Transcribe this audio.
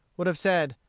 would have said,